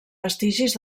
vestigis